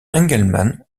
engelmann